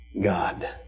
God